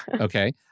okay